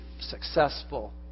successful